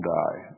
die